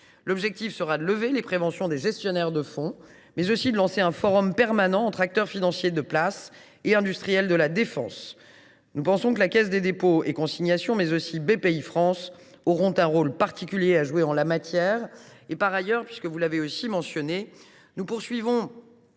L’objectif sera de lever les préventions des gestionnaires de fonds, mais aussi de lancer un forum permanent entre acteurs financiers de la place et industriels de la défense. Nous pensons que la Caisse des dépôts et consignations, mais également Bpifrance, aura un rôle particulier à jouer en la matière. Par ailleurs, nous poursuivrons